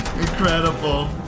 Incredible